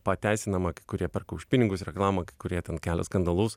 pateisinama kurie perka už pinigus reklamą kurie ten kelia skandalus